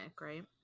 right